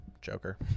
Joker